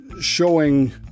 showing